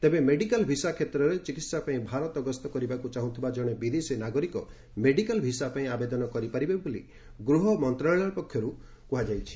ତେବେ medical visa କ୍ଷେତ୍ରରେ ଚିକିତ୍ସା ପାଇଁ ଭାରତ ଗସ୍ତ କରିବାକୁ ଚାହ୍ରୁଥିବା ଜଣେ ବିଦେଶୀ ନାଗରିକ ସେମାନଙ୍କ ମେଡିକାଲ ଭିସା ପାଇଁ ଆବେଦନ କରିପାରିବେ ବୋଲି ଗୃହ ମନ୍ତ୍ରଣାଳୟ ସ୍କଷ୍ଟ କରିଛି